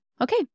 Okay